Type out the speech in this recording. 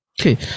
Okay